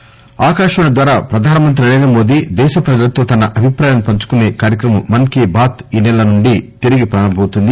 PM Mann Ki Baat ఆకాశవాణి ద్వారా ప్రధాన మంత్రి నరేంద్ర మోదీ దేశ ప్రజలతో తన అభిప్రాయాలను పంచుకునే కార్యక్రమం మస్ కీ బాత్ ఈ నెల నుండి తిరిగి ప్రారంభమవుతుంది